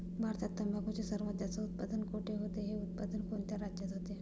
भारतात तंबाखूचे सर्वात जास्त उत्पादन कोठे होते? हे उत्पादन कोणत्या राज्यात होते?